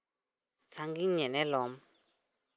ᱥᱟᱺᱜᱤᱧ ᱧᱮᱱᱮᱞᱚᱢ